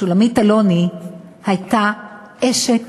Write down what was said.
שולמית אלוני הייתה אשת